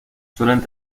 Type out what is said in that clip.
suelen